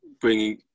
bringing